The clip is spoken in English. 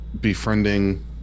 befriending